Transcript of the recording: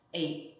eight